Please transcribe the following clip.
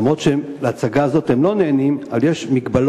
אף-על-פי שבהצגה הזאת הם לא נהנים, אבל יש מגבלות: